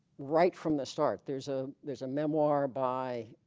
right from the start there's a there's a memoir by